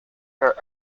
there